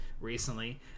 recently